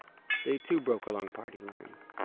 they too broke along party lines.